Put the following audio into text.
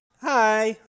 Hi